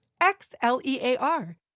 X-L-E-A-R